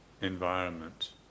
environment